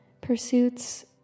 pursuits